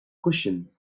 cushion